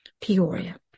Peoria